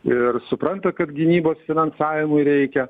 ir supranta kad gynybos finansavimui reikia